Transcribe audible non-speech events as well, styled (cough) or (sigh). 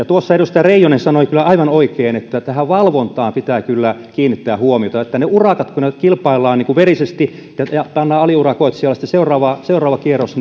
(unintelligible) tuossa edustaja reijonen sanoi aivan oikein että valvontaan pitää kyllä kiinnittää huomiota että niissä urakoissa kun kilpaillaan verisesti ja pannaan aliurakoitsijalle sitten se seuraava kierros (unintelligible)